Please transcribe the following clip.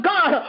God